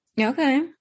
Okay